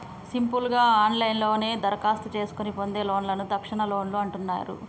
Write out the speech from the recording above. simple గా ఆన్లైన్లోనే దరఖాస్తు చేసుకొని పొందే లోన్లను తక్షణలోన్లు అంటున్నరు